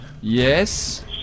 Yes